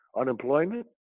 Unemployment